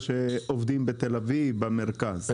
שעובדים במרכז,